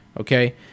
okay